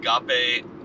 agape